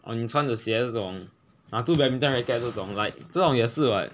or 你穿的鞋子这种拿住 badminton racket 这种 like 这种也是 [what]